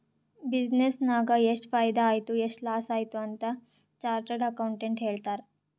business ನಾಗ್ ಎಷ್ಟ ಫೈದಾ ಆಯ್ತು ಎಷ್ಟ ಲಾಸ್ ಆಯ್ತು ಅಂತ್ ಚಾರ್ಟರ್ಡ್ ಅಕೌಂಟೆಂಟ್ ಹೇಳ್ತಾರ್